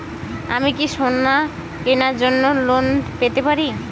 আমি কি সোনা কেনার জন্য লোন পেতে পারি?